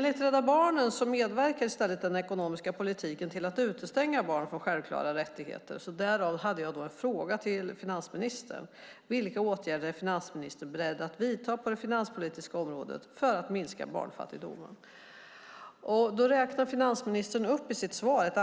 Rädda Barnen menar dock att den ekonomiska politiken medverkar till att utestänga barn från självklara rättigheter. Därav min fråga till statsministern: Vilka åtgärder är finansministern beredd att vidta på det finanspolitiska området för att minska barnfattigdomen? I sitt svar räknar finansministern upp ett